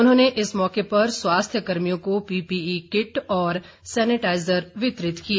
उन्होंने इस मौके पर स्वास्थ्य कर्मियों को पीपीई किट और सेनिटाईजर वितरित किए